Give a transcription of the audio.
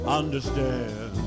understand